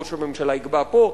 ראש הממשלה יקבע פה,